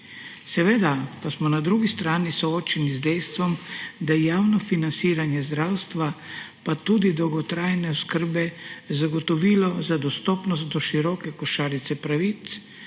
Seveda pa smo na drugi strani soočeni z dejstvom, da je javno financiranje zdravstva pa tudi dolgotrajne oskrbe zagotovilo za dostopnost do široke košarice pravic,